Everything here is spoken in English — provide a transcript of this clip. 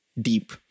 deep